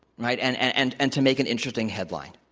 right, and and and and to make an interesting headline.